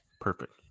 Perfect